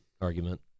argument